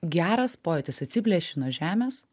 geras pojūtis atsiplėši nuo žemės